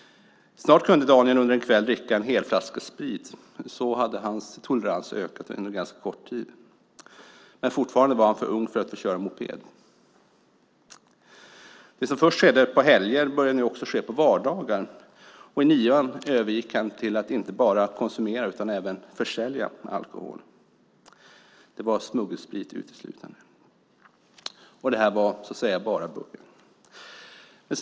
Snart kunde Daniel under en kväll dricka en helflaska sprit. Så hade hans tolerans ökat under ganska kort tid. Men fortfarande var han för ung för att få köra moped. Det som först skedde på helger började nu också ske på vardagar. I nian övergick han till att inte bara konsumera utan även försälja alkohol. Det var uteslutande smuggelsprit. Och det här var bara början.